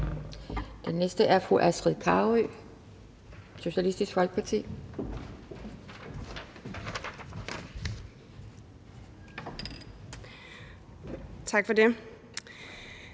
Den næste er fru Astrid Carøe, Socialistisk Folkeparti. Kl.